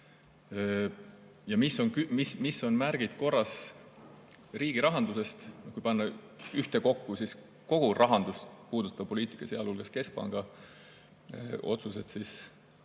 Ja mis on märgid korras riigirahandusest? Kui panna ühtekokku kogu rahandust puudutav poliitika, sealhulgas keskpanga otsused, siis